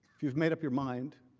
you have made up your mind